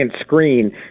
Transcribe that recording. screen